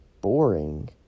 boring